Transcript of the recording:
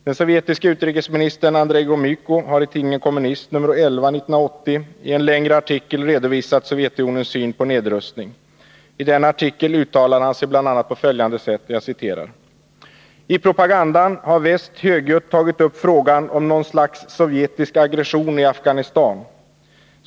Den sovjetiske utrikesministern, Andrej Gromyko, har i tidningen Kommunist nr 11 1980 i en längre artikel redovisat Sovjetunionens syn på nedrustning. I denna artikel uttalar han sig bl.a. på följande sätt: ”I propagandan har väst högljutt tagit upp frågan om något slags sovjetisk aggression i Afghanistan.